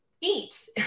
eat